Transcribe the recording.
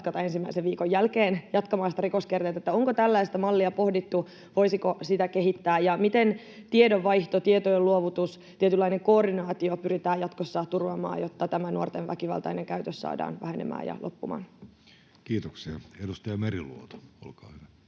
ensimmäisen viikon jälkeen jatkamaan sitä rikoskierrettä. Onko tällaista mallia pohdittu, voisiko sitä kehittää? Ja miten tiedonvaihto, tietojen luovutus, tietynlainen koordinaatio pyritään jatkossa turvaamaan, jotta tämä nuorten väkivaltainen käytös saadaan vähenemään ja loppumaan? Kiitoksia. — Edustaja Meriluoto, olkaa hyvä.